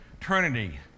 trinity